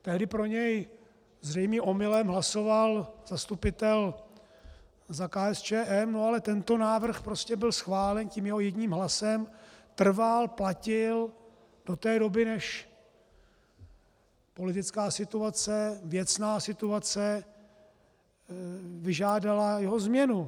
Tehdy pro něj, zřejmě omylem, hlasoval zastupitel za KSČM, ale tento návrh prostě byl schválen tím jeho jedním hlasem, trval, platil do té doby, než politická situace, věcná situace vyžádala jeho změnu.